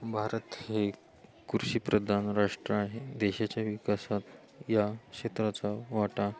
भारत हे कृषिप्रदान राष्ट्र आहे देशाच्या विकासात या क्षेत्राचा वाटा